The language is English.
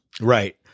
right